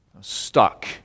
stuck